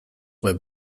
were